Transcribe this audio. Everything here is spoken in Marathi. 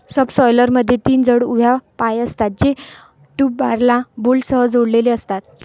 सबसॉयलरमध्ये तीन जड उभ्या पाय असतात, जे टूलबारला बोल्टसह जोडलेले असतात